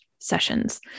sessions